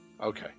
okay